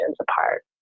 apart